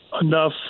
enough